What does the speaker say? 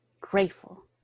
grateful